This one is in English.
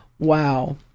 Wow